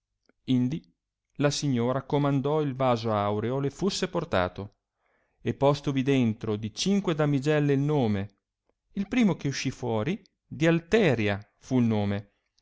indi la signora comandò il vaso aureo le fusse portato e postovi dentro di cinque damigelle il nome il primo che uscì fuori di alteria fu il nome